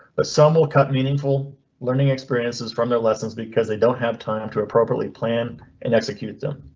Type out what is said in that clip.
but some will cut meaningful learning experiences from their lessons because they don't have time to appropriately plan and execute them.